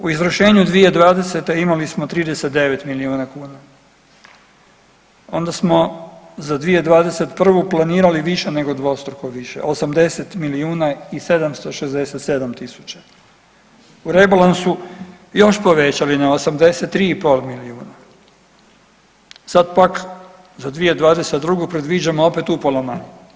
U izvršenju 2020. imali smo 39 milijuna kuna onda smo za 2021. planirali više nego dvostruko više 80 milijuna i 767 tisuća, u rebalansu još povećali na 83,5 milijuna, sad pak za 2022. predviđamo opet upola manje.